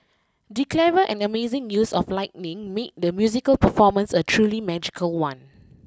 the clever and amazing use of lighting made the musical performance a truly magical one